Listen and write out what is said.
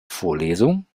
vorlesung